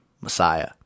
messiah